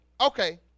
Okay